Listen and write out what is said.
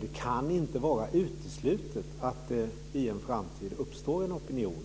Det kan inte vara uteslutet att det i en framtid uppstår en opinion